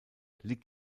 liegt